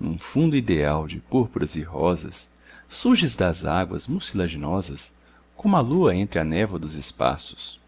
num fundo ideal de púrpuras e rosas surges das águas mucilaginosas como a lua entre a névoa dos espaços